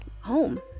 home